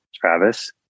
Travis